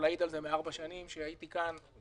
שאתה